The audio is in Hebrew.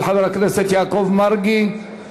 של חבר הכנסת יעקב מרגי.